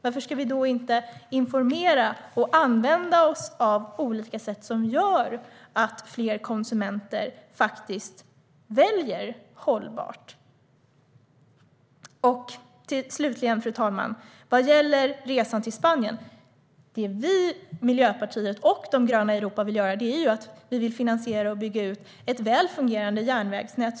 Varför ska vi då inte informera och använda oss av olika sätt som gör att fler konsumenter väljer hållbart? Fru talman! Vad gäller resan till Spanien kan jag säga att vi i Miljöpartiet och de gröna i Europa vill finansiera och bygga ut ett väl fungerande järnvägsnät.